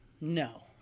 no